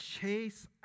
chase